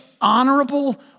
honorable